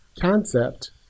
concept